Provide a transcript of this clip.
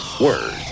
word